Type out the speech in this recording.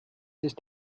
ist